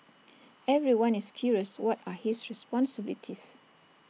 everyone is curious what are his responsibilities